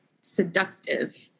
seductive